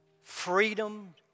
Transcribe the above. freedom